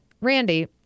Randy